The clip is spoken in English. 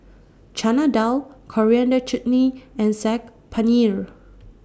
Chana Dal Coriander Chutney and Saag Paneer